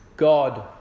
God